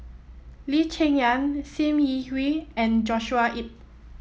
Lee Cheng Yan Sim Yi Hui and Joshua Ip